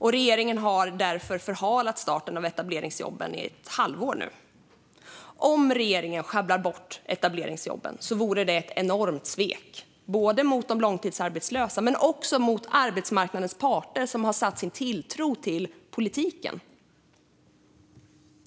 Regeringen har därför förhalat starten av etableringsjobben i ett halvår nu. Om regeringen sjabblar bort etableringsjobben vore det ett enormt svek både mot de långtidsarbetslösa och mot arbetsmarknadens parter, som har satt sin tilltro till politiken.